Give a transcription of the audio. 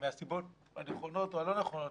מהסיבות הנכונות או הלא נכונות,